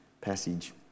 passage